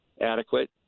adequate